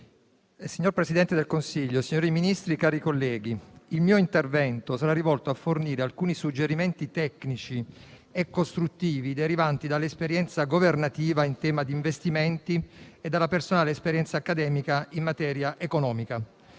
Signor Presidente del Consiglio, Signori Ministri, cari colleghi, il mio intervento, in considerazione del poco tempo disponibile, sarà rivolto a fornire alcuni suggerimenti tecnici e costruttivi, derivanti dall'esperienza governativa in tema di investimenti e dalla personale esperienza accademica in materia economica.